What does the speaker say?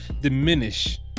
diminish